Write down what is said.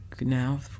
now